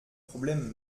problème